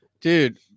dude